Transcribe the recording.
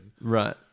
Right